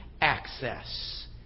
access